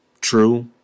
true